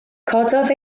cododd